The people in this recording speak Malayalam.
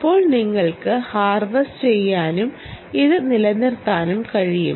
അപ്പോൾ നിങ്ങൾക്ക് ഹാർവെസ്റ്റ് ചെയ്യാനും ഇത് നിലനിർത്താനും കഴിയും